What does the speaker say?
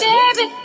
Baby